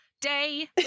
day